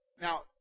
Now